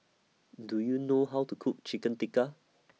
Do YOU know How to Cook Chicken Tikka